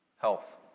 health